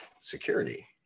security